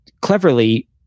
cleverly